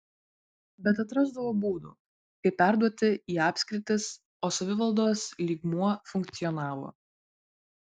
bet atrasdavo būdų kaip perduoti į apskritis o savivaldos lygmuo funkcionavo